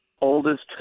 oldest